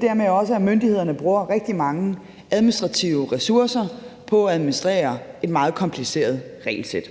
Dermed bruger myndighederne også rigtig mange administrative ressourcer på at administrere et meget kompliceret regelsæt.